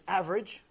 average